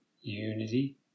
unity